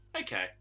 Okay